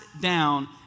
down